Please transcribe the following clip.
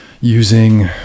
using